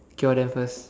cure them first